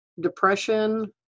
depression